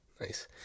Nice